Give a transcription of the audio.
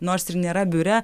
nors ir nėra biure